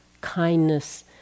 kindness